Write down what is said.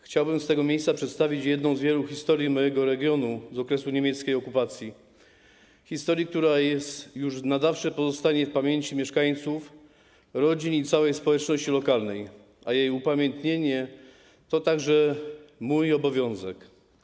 Chciałbym z tego miejsca przedstawić jedną z wielu historii mojego regionu z okresu niemieckiej okupacji, historię, która już na zawsze pozostanie w pamięci mieszkańców, rodzin i całej społeczności lokalnej, a jej upamiętnienie to także mój obowiązek.